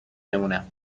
بمونم